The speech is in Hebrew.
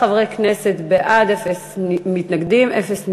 שישה חברי כנסת בעד, אין מתנגדים, אין נמנעים.